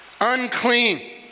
unclean